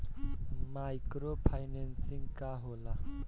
Micro financing का होला?